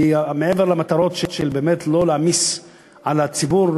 כי מעבר למטרות של באמת לא להעמיס על הציבור,